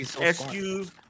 Excuse